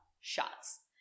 shots